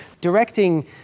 Directing